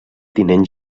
tinent